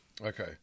Okay